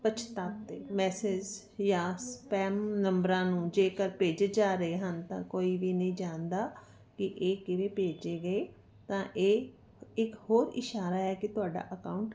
ਪਛਤਾਤੇ message ਜਾਂ spam ਨੰਬਰਾਂ ਨੂੰ ਜੇਕਰ ਭੇਜੇ ਜਾ ਰਹੇ ਹਨ ਤਾਂ ਕੋਈ ਵੀ ਨਹੀਂ ਜਾਣਦਾ ਕਿ ਇਹ ਕਿਵੇਂ ਭੇਜੇ ਗਏ ਤਾਂ ਇਹ ਇੱਕ ਹੋਰ ਇਸ਼ਾਰਾ ਹੈ ਕਿ ਤੁਹਾਡਾ ਅਕਾਊਂਟ